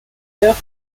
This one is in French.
heures